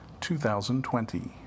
2020